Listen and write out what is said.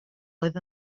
oedd